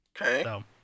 Okay